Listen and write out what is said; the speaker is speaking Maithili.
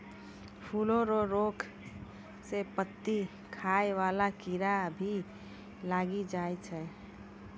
फूलो रो रोग मे पत्ती खाय वाला कीड़ा भी लागी जाय छै